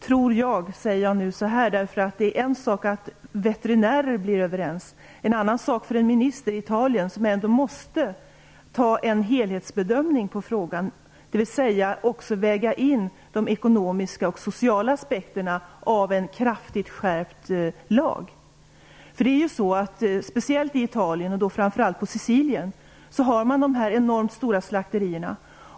Men jag inser att det är en sak för veterinärer blir överens och en annan sak för en minister i Italien, som ändå måste göra en helhetsbedömning av frågan, dvs. väga in även de sociala och ekonomiska aspekterna på en kraftigt skärpt lag. I Italien, och framför allt på Sicilien, har man enorma slakterier.